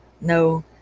No